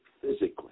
physically